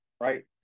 right